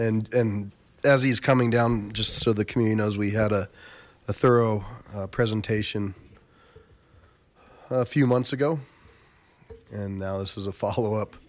and and as he's coming down just so the community knows we had a thorough presentation a few months ago and now this is a follow up